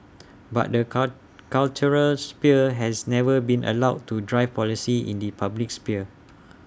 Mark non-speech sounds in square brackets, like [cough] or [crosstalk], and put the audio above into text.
[noise] but the cut cultural sphere has never been allowed to drive policy in the public sphere